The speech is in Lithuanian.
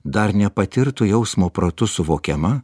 dar nepatirtų jausmo protu suvokiama